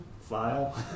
File